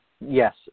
Yes